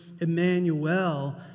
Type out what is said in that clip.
Emmanuel